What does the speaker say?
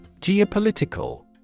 Geopolitical